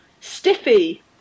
Stiffy